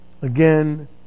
Again